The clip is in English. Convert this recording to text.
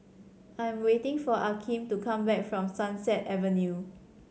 I'm waiting for Akeem to come back from Sunset Avenue